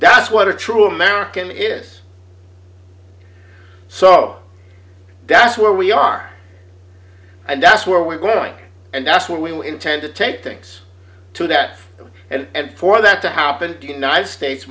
that's what a true american is so that's where we are and that's where we're going and that's where we were intended to take thanks to that and for that to happen united states